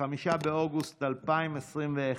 5 באוגוסט 2021,